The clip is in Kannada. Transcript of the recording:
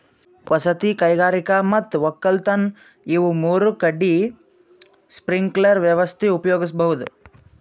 ವಸತಿ ಕೈಗಾರಿಕಾ ಮತ್ ವಕ್ಕಲತನ್ ಇವ್ ಮೂರ್ ಕಡಿ ಸ್ಪ್ರಿಂಕ್ಲರ್ ವ್ಯವಸ್ಥೆ ಉಪಯೋಗಿಸ್ಬಹುದ್